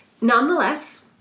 nonetheless